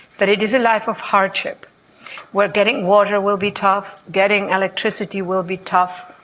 but it is a life of hardship where getting water will be tough, getting electricity will be tough.